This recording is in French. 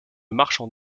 marchand